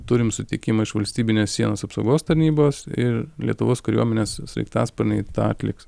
turim sutikimą iš valstybinės sienos apsaugos tarnybos ir lietuvos kariuomenės sraigtasparniai tą atliks